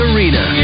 Arena